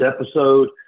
episode